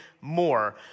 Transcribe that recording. more